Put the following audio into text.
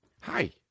Hi